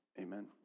Amen